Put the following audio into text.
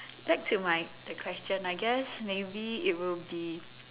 back to my the question I guess maybe it will be